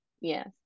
Yes